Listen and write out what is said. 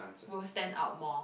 will stand out more